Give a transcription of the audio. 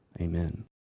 Amen